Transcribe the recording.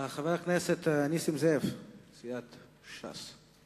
חבר הכנסת נסים זאב, סיעת ש"ס.